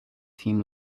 team